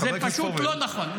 זה פשוט לא נכון.